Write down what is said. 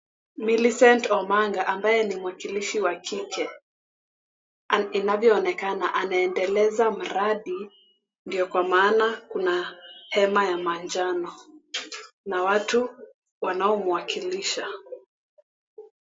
Millicent Omanga ambaye ni mwakilishi wa kike inavyoonekana anaendeleza mradi ndo kwa maana kuna hema ya manjano na watu wanaomwakilisha.